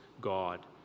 God